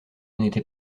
n’était